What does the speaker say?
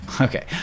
Okay